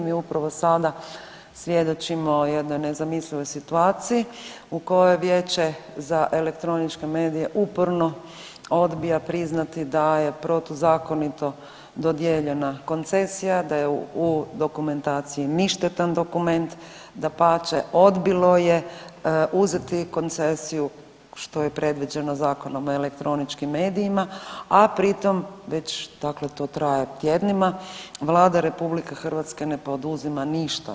Mi upravo sada svjedočimo jednoj nezamislivoj situaciji u kojoj Vijeće za elektroničke medije uporno odbija priznati da je protuzakonito dodijeljena koncesija, da je u dokumentaciji ništetan dokument, dapače, odbilo je uzeti koncesiju, što je predviđeno Zakonom o elektroničkim medijima, a pritom već, dakle to traje tjednima, Vlada RH ne poduzima ništa.